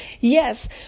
Yes